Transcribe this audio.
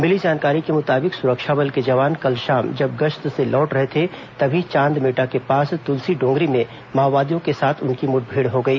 मिली जानकारी के मुताबिक सुरक्षा बल के जवान कल शाम जब गश्त से लौट रहे थे तभी चांदमेटा के पास तुलसी डोंगरी में माओवादियों के साथ उनकी मुठभेड़ हो गई